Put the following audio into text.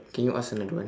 can you ask another one